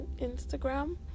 Instagram